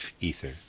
ether